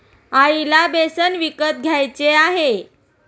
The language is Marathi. आईला बेसन विकत घ्यायचे आहे